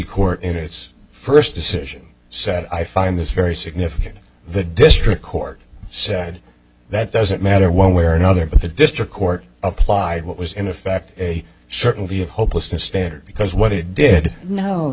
its first decision said i find this very significant the district court said that doesn't matter one way or another but the district court applied what was in effect a certainty of hopelessness standard because what it did no